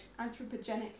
anthropogenic